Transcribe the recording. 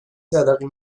تلقی